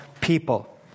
people